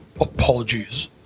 Apologies